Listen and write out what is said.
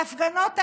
וההפגנות האלה,